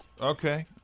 Okay